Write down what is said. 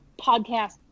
podcast